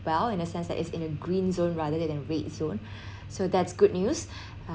well in a sense that is in a green zone rather than red zone so that's good news